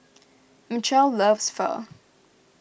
Mitchel loves Pho